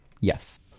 Yes